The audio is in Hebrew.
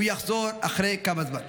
הוא יחזור אחרי כמה זמן.